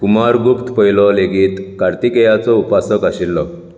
कुमारगुप्त पयलो लेगीत कार्तिकेयाचो उपासक आशिल्लो